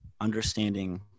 understanding